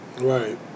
right